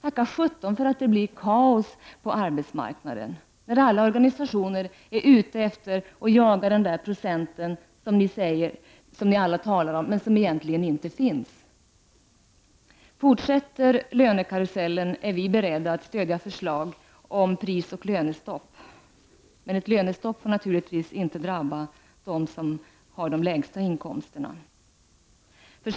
Tacka sjutton för att det blir kaos på arbetsmarknaden, när alla organisationer är ute efter och jagar de där procenten som ni alla talar om men som egentligen inte finns! Fortsätter lönekarusellen är vi beredda att stödja förslag om prisoch lönestopp. Men ett lönestopp får naturligtvis inte drabba dem som har de lägsta inkomsterna.